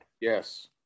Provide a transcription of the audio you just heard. Yes